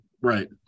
Right